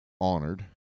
honored